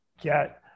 get